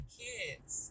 kids